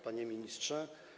Panie Ministrze!